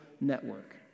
network